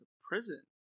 prison